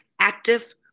active